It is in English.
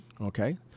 Okay